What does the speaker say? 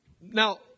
Now